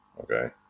Okay